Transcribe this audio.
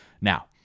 now